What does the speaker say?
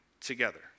together